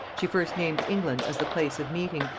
she first named england as the place of meeting,